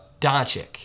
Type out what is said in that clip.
Doncic